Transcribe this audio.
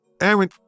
Aaron